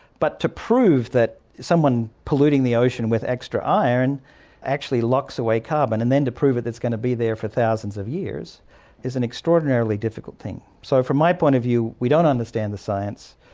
but to prove that someone polluting the ocean with extra iron actually locks away carbon and then to prove that it's going to be there for thousands of years is an extraordinarily difficult thing. so from my point of view we don't understand the science,